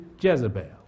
Jezebel